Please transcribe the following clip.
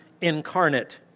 incarnate